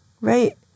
Right